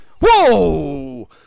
Whoa